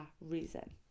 reason